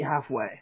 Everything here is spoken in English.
halfway